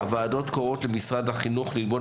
הוועדות קוראות למשרד החינוך ללמוד